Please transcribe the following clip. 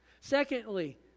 Secondly